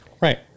right